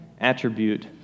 attribute